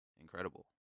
incredible